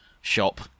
shop